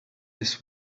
this